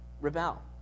rebel